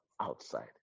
outside